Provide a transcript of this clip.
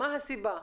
מה הסיבה?